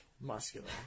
muscular